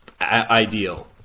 ideal